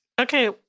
Okay